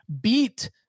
beat